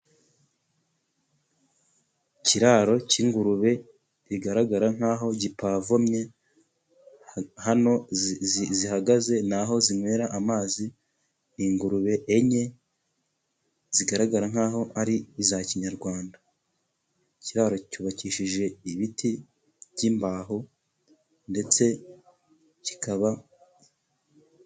Ikiraro cy'ingurube kigaragara nk'aho gipavomye. Hano zihagaze naho zinywera amazi. Ingurube enye zigaragara nk'aho ari iza kinyarwanda. Ikiraro cyubakishije ibiti by'imbaho ndetse kikaba..